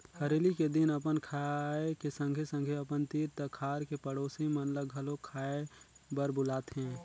हरेली के दिन अपन खाए के संघे संघे अपन तीर तखार के पड़ोसी मन ल घलो खाए बर बुलाथें